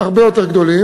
הרבה יותר גדול,